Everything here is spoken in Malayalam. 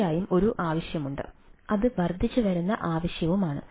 തീർച്ചയായും ഒരു ആവശ്യമുണ്ട് അത് വർദ്ധിച്ചുവരുന്ന ആവശ്യവുമാണ്